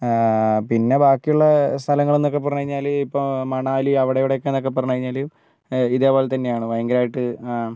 പിന്നെ ബാക്കി ഉള്ള സ്ഥലങ്ങൾ എന്നൊക്കെ പറഞ്ഞു കഴിഞ്ഞാൽ ഇപ്പോൾ മണാലി അവിടെ ഇവിടെ എന്നൊക്കെ പറഞ്ഞു കഴിഞ്ഞാൽ ഇതേപോലെ തന്നെയാണ് ഭയങ്കരമായിട്ട്